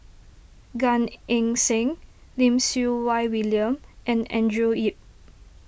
Gan Eng Seng Lim Siew Wai William and Andrew Yip